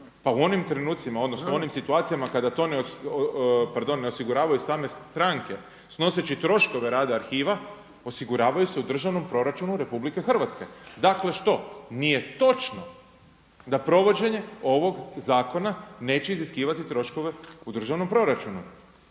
Pa u onim trenucima odnosno u onim situacijama kada to osiguravaju same stranke snoseći troškove rada arhiva, osiguravaju se u državnom proračunu Republike Hrvatske. Dakle, što? Nije točno da provođenje ovoga zakona neće iziskivati troškove u državnom proračunu.